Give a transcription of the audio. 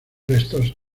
restos